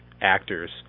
actors